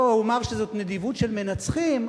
לא אומר שזאת נדיבות של מנצחים,